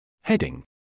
Heading